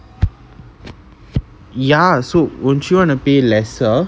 ya so wouldn't you want to pay lesser